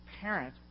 parent